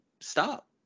stop